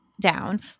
down